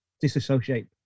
disassociate